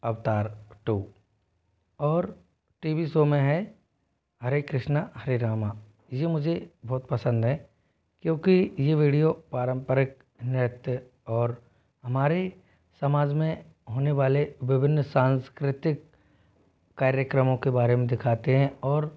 अवतार और TV show में है हरे कृष्णा हरे रामा ये मुझे बहुत पसंद है क्योंकि ये विडियो पारंपरिक नृत्य और हमारे समाज में होने वाले विभिन्न सांस्कृतिक कार्यक्रमों के बारे में दिखाते हैं और